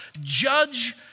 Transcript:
judge